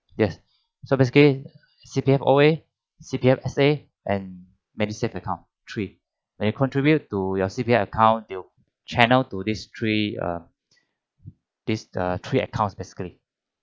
yes basically C_P_F O_A C_P_F S_A and MediSave account three when you contribute to your C_P_F account will channel to this three err these err three account basically